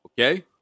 Okay